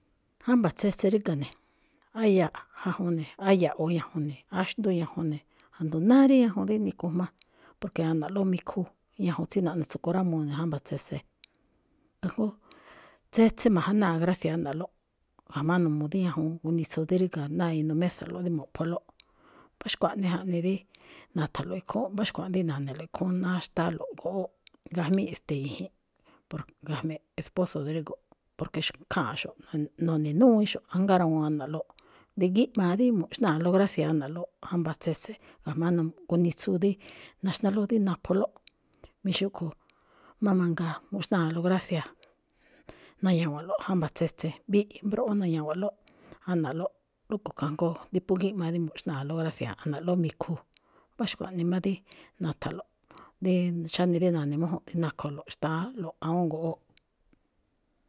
Jámba̱ tsetse ríga̱ ne̱, á yaja juun ne̱, á ya̱ꞌwo̱ ñajuun ne̱, á xndú ñajuun ne̱, jndo náá rí ñajuun rí nikujma, porque ana̱ꞌlóꞌ mikhu ñajuun tsí naꞌnetsakunrámuu ne̱ jámba̱ tsetse, kajngó tsetse ma̱ja̱náa gracia ana̱ꞌlóꞌ ga̱jma̱á n uu dí ñajuun gunitsu dí ríga̱ ná inuu mésa̱ꞌlóꞌ dí mo̱ꞌpholóꞌ. Mbá xkuaꞌnii jaꞌnii dí na̱tha̱nlo̱ꞌ ikhúúnꞌ, mbá xkuaꞌnii na̱ne̱lo̱ꞌ ikhúúnꞌ, ná xtáálo̱ꞌ goꞌwóꞌ gajmí i̱ji̱nꞌ, por- ga̱jmi̱ꞌ esposo drégo̱ꞌ, porque xóo ikháanꞌxo̱ꞌ noꞌne̱núwíinxo̱ꞌ ajngáa rawuun ana̱ꞌlóꞌ, dí gíꞌmaa dí mu̱ꞌxnáalóꞌ gracia ana̱ꞌlóꞌ j́amba̱ tsetse ga̱jma̱á n uu gunitsu dí naxnálóꞌ dí napholóꞌ, mí xúꞌkho̱ má mangaa mu̱ꞌxnáalóꞌ gracia na̱ña̱wa̱nꞌlóꞌ jámba̱ tsetse, mbiꞌi mbroꞌon na̱ña̱wa̱nꞌlóꞌ ana̱ꞌlóꞌ. Rúꞌkho̱ kajngó dí phú gíꞌmaa dí mu̱ꞌxnáalóꞌ gracia ana̱ꞌlóꞌ mikhu. Mbá xkuaꞌnii má dí na̱tha̱nlo̱ꞌ dí xáne rí na̱ne̱mújúnꞌ rí nakholo̱ꞌ xtáálo̱ꞌ awúun goꞌwóꞌ.